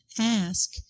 ask